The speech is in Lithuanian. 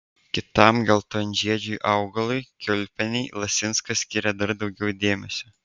kitam geltonžiedžiui augalui kiaulpienei lasinskas skiria dar daugiau dėmesio